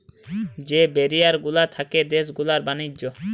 যে ব্যারিয়ার গুলা থাকে দেশ গুলার ব্যাণিজ্য